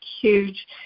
huge